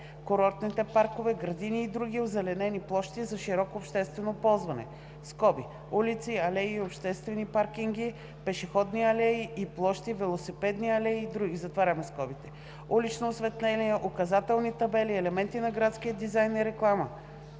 курортните паркове, градини и други озеленени площи за широко обществено ползване (улици, алеи и обществени паркинги, пешеходни алеи и площи, велосипедни алеи и други), улично осветление, указателни табели, елементи на градския дизайн и реклама